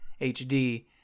HD